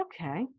Okay